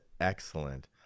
excellent